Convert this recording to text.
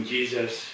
Jesus